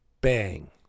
bang